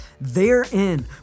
Therein